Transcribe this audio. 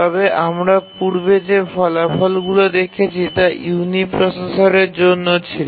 তবে আমরা পূর্বে যে ফলাফলগুলি দেখেছি তা ইউনি প্রসেসরের জন্য ছিল